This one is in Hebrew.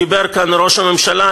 דיבר כאן ראש הממשלה.